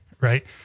right